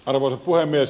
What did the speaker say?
arvoisa puhemies